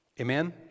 Amen